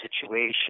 situation